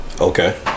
Okay